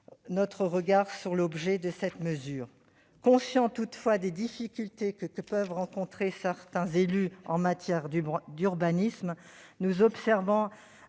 notre regard sur l'objet de cette mesure. Conscients toutefois des difficultés que peuvent rencontrer certains élus en matière d'urbanisme, nous observons